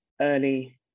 early